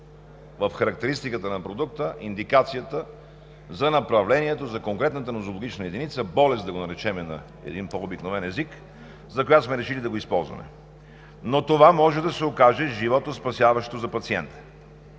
в характеристиката на продукта индикацията за направлението, за конкретната нозологична единица – болест да го наречем на един по-обикновен език, за която сме решили да го използваме, но това може да се окаже животоспасяващо за пациента.